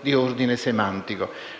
di ordine semantico.